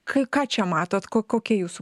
kai ką čia matote ko kokia jūsų